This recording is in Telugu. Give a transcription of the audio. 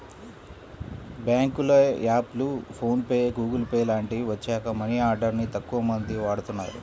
బ్యేంకుల యాప్లు, ఫోన్ పే, గుగుల్ పే లాంటివి వచ్చాక మనీ ఆర్డర్ ని తక్కువమంది వాడుతున్నారు